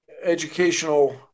educational